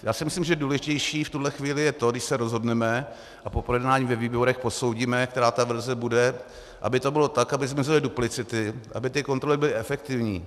Já si myslím, že důležitější v tuhle chvíli je to, když se rozhodneme a po projednání ve výborech posoudíme, která ta verze bude, aby to bylo tak, aby zmizely duplicity, aby kontroly byly efektivní.